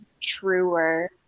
truer